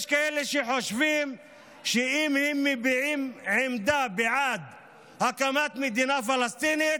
יש כאלה שחושבים שאם הם מביעים עמדה בעד הקמת מדינה פלסטינית,